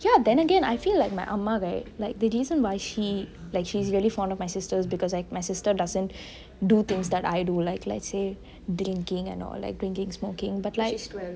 ya then again I feel my ah ma right the reason why she's really fond of my sister is because my sister doesn't do things that I do like let's say drinking and all drinking and smoking but like